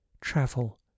travel